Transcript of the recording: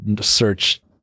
search